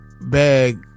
bag